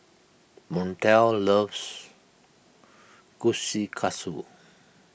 Montel loves Kushikatsu